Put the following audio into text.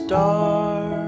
Star